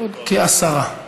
עוד כעשרה.